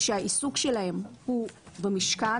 שהעיסוק שלהם הוא במשכן,